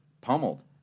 pummeled